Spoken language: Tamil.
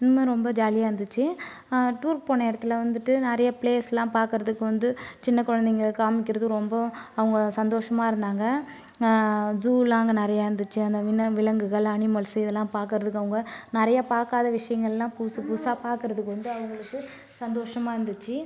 இன்னும் ரொம்ப ஜாலியாக இருந்திச்சு டூருக்குப் போன இடத்தில் வந்துட்டு நிறைய பிளேஸ்லாம் பார்க்கறதுக்கு வந்து சின்ன குழந்தைகளுக்குக் காண்மிக்கறது ரொம்ப அவங்க சந்தோஷமாக இருந்தாங்க ஜூலாம் அங்கே நிறைய இருந்திச்சு அங்கே விலங்குகள் அனிமல்ஸ் இதெல்லாம் பார்க்கறதுக்கு அவங்க நிறையா பார்க்காத விஷயங்களெலாம் புதுசாக புதுசாக பார்க்கறதுக்கு வந்து அவங்களுக்கு சந்தோஷமாக இருந்திச்சு